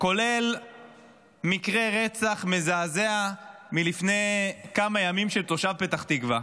כולל מקרה רצח מזעזע מלפני כמה ימים של תושב פתח תקווה.